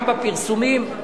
גם בפרסומים,